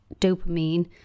dopamine